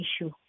issue